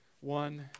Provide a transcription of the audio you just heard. one